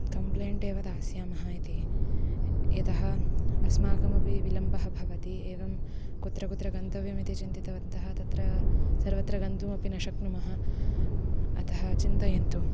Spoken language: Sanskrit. कम्प्लेण्ट् एव दास्यामः इति यतः अस्माकमपि विलम्बः भवति एवं कुत्र कुत्र गन्तव्यमि चिन्तितवन्तः तत्र सर्वत्र गन्तुमपि न शक्नुमः अतः चिन्तयन्तु